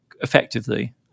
effectively